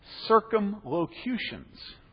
Circumlocutions